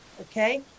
okay